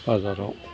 बाजाराव